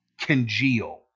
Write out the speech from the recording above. congeal